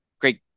great